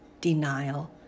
Denial